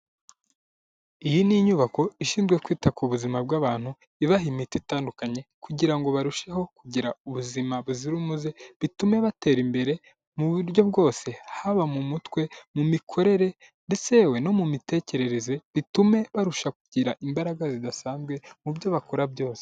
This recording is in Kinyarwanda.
Iyi ni inyubako ishinzwe kwita ku buzima bw'abantu, ibaha imiti itandukanye kugira ngo barusheho kugira ubuzima buzira umuze bitume batera imbere mu buryo bwose haba mu mutwe, mu mikorere ndetse yewe no mu mitekerereze bitume barusha kugira imbaraga zidasanzwe mu byo bakora byose.